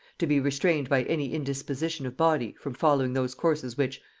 to be restrained by any indisposition of body from following those courses which,